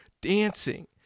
dancing